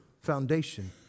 foundation